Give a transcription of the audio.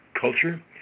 culture